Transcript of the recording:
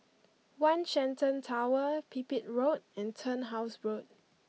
One Shenton Tower Pipit Road and Turnhouse Road